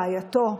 רעייתו,